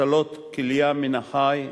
השתלות כליה מן החי,